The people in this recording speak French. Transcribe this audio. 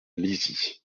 lizy